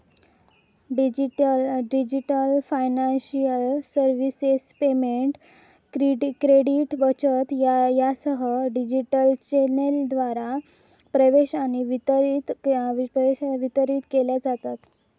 digital financial services payment, credit, बचत यासह digital चॅनेलद्वारा प्रवेश आणि वितरित केल्या जातत